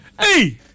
Hey